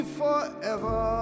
forever